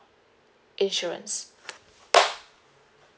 insurance